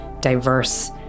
diverse